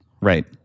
right